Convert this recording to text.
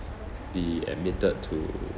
be admitted to